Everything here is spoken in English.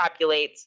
populates